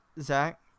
Zach